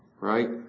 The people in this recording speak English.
right